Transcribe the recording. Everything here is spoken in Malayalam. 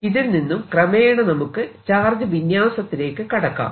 ഇതിൽ നിന്നും ക്രമേണ നമുക്ക് ചാർജ് വിന്യാസത്തിലേക്ക് കടക്കാം